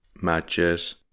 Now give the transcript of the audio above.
matches